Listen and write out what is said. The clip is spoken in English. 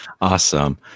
Awesome